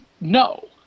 no